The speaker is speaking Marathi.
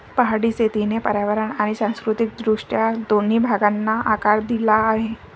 पहाडी शेतीने पर्यावरण आणि सांस्कृतिक दृष्ट्या दोन्ही भागांना आकार दिला आहे